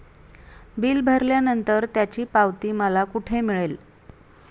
Bill भरल्यानंतर त्याची पावती मला कुठे मिळेल?